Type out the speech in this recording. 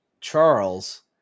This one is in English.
Charles